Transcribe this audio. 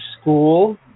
school